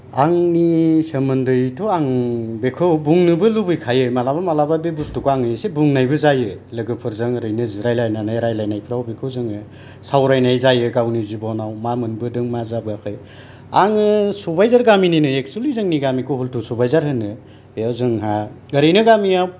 आंनि सोमोन्दैथ' आं बेखौ बुंनोबो लुबैखायो मालाबा मालाबा आं बे बुस्तुखौ आं एसे बुंनायबो जायो लोगोफोरजों ओरैनो जिरायलायनानै रायलायनायफ्राव बेखौ जोङो सावरायनाय जायो गावनि जिबनाव मा मोनबोदों मा जाबोआखै आङो सुबाइझार गामिनिनो एकसुलि जोंनि गामिखौ हल्तु सुबाइझार होनो बेयाव जोंहा ओरैनो गामिया